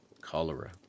cholera